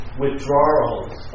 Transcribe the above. withdrawals